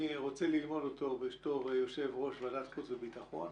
אני רוצה ללמוד אותו בתור היושב-ראש של ועדת החוץ והביטחון,